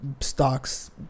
stocks